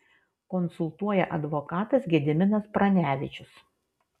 konsultuoja advokatas gediminas pranevičius